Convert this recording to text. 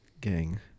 Gang